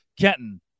Kenton